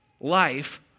life